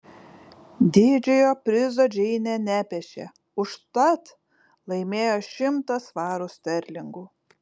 didžiojo prizo džeinė nepešė užtat laimėjo šimtą svarų sterlingų